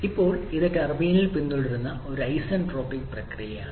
ഇപ്പോൾ ഇത് ടർബൈനിൽ പിന്തുടരുന്ന ഒരു ഐസന്റ്രോപിക് പ്രക്രിയയാണ്